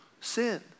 sin